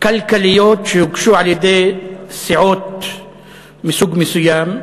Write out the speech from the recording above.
כלכליות שהוגשו על-ידי סיעות מסוג מסוים,